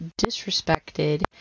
disrespected